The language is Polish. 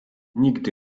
nigdy